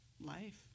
life